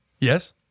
Yes